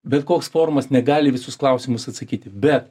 bet koks forumas negali į visus klausimus atsakyti bet